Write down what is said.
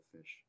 fish